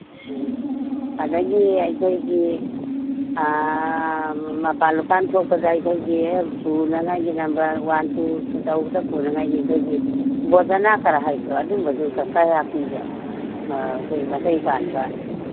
ꯎꯝ ꯑꯗꯒꯤ ꯑꯩꯈꯣꯏꯒꯤ ꯃꯄꯥꯜ ꯂꯨꯛꯄꯥꯜ ꯊꯣꯛꯄꯗ ꯑꯩꯈꯣꯏꯒꯤ ꯄꯨꯅꯉꯥꯏꯒꯤ ꯅꯝꯕꯔ ꯋꯥꯟ ꯇꯨ ꯇꯧꯕꯗ ꯄꯨꯅꯉꯥꯏꯒꯤ ꯑꯩꯈꯣꯏꯒꯤ ꯕꯣꯗꯥꯅꯥꯀꯔ ꯍꯥꯏꯕꯗꯣ ꯑꯗꯨꯝꯕꯗꯨ ꯀꯌꯥ ꯄꯤꯕ ꯖꯥꯠꯅꯣ ꯑꯩꯈꯣꯏ ꯃꯆꯩ ꯄꯥꯟꯕ